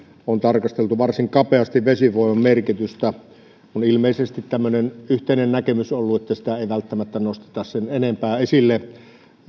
on tarkasteltu varsin kapeasti vesivoiman merkitystä on ilmeisesti tämmöinen yhteinen näkemys ollut että sitä ei välttämättä nosteta sen enempää esille